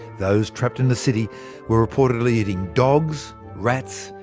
those trapped in the city were reportedly eating dogs, rats,